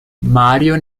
mario